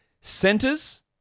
Centers